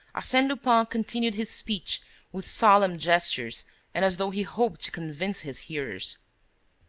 arsene lupin continued his speech with solemn gestures and as though he hoped to convince his hearers